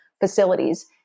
facilities